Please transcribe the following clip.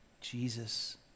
Jesus